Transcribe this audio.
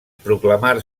proclamar